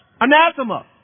anathema